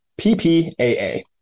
PPAA